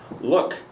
Look